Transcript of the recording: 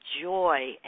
joy